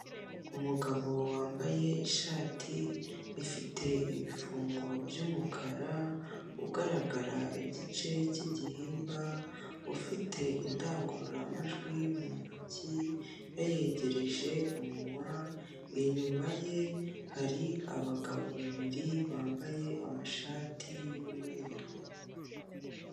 Umugabo wambaye ishati ifite ibifungo by'umukara, ugaragara igice cy'igihimba, ufite indangururamajwi mu ntoki, yayegereje umunwa, inyuma ye hari abagabo babiri bambaye amashati y'umweru.